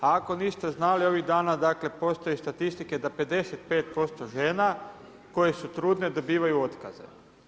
Ako niste znali, ovih dana dakle postoje statistike da 55% žena koje su trudne dobivaju otkaze.